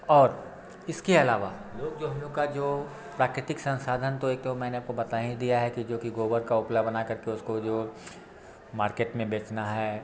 और इसके अलावा लोग जो हम लोग का जो प्राकृतिक संसाधन तो एक तो मैंने आपको बता हीं दिया है कि जो कि गोबर का उपला बना करके उसको जो मार्केट में बेचना है